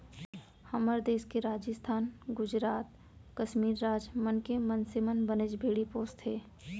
हमर देस के राजिस्थान, गुजरात, कस्मीर राज मन के मनसे मन बनेच भेड़ी पोसथें